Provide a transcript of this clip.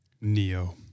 Neo